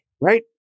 right